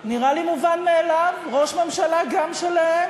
נראה לי מובן מאליו, ראש הממשלה גם שלהם.